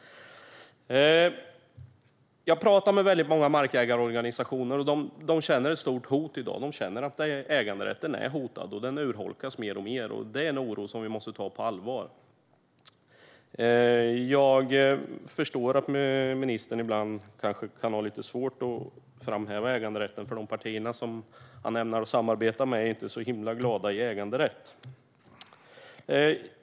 Jag pratar med många markägarorganisationer, och de känner ett stort hot i dag. De känner att äganderätten är hotad och att den urholkas mer och mer. Det är en oro vi måste ta på allvar. Jag förstår att ministern ibland kanske kan ha lite svårt att framhäva äganderätten, för de partier han ämnar samarbeta med är inte så himla glada i äganderätt.